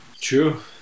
True